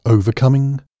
Overcoming